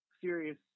serious